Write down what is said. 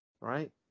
right